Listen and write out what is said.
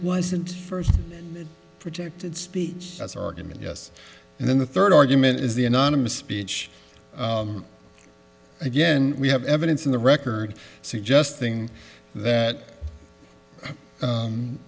wasn't first protected speech as argument yes and then the third argument is the anonymous speech again we have evidence in the record suggesting that